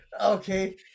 Okay